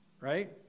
Right